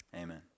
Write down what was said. Amen